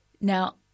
Now